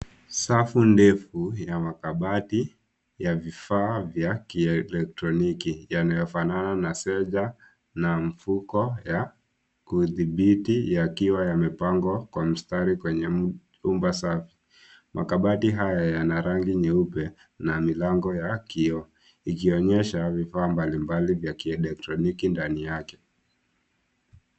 Safu ndefu ina makabati ya vifaa vya kielectroniki yanayofanana na seja na mfuko ya kudhibiti yakiwa yamepangwa kwa mistari kwenye nyumba safi. Makabati haya yana rangi nyeupe na milango ya kioo ikionyesha vifaa mbali mbali vya kielectroniki ndani yake.